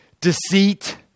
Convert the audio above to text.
deceit